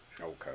okay